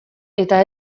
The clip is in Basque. eta